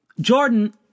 Jordan